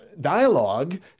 dialogue